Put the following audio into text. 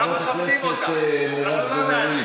ראית שלא הצבתי שעון לאף אחד.